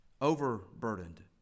overburdened